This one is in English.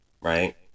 right